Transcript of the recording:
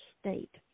state